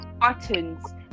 buttons